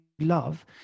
love